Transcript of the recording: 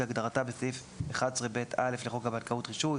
כהגדרתה בסעיף 11ב(א) לחוק הבנקאות (רישוי),